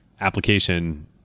application